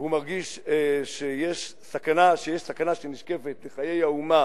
והוא מרגיש שיש סכנה שנשקפת לחיי האומה